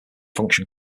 function